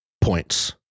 points